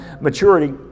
maturity